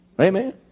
Amen